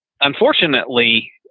unfortunately